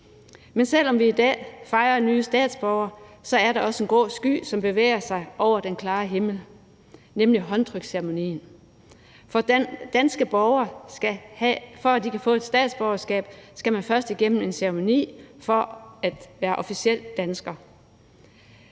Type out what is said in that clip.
Men selv om vi i dag fejrer nye statsborgere, er der også en grå sky, som bevæger sig over den klare himmel, nemlig håndtryksceremonien. For danske borgere skal, for at de kan få et statsborgerskab,